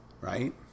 Right